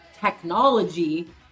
technology